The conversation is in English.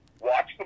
Watch